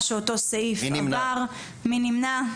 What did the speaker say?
מי נמנע?